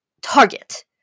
target